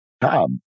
Tom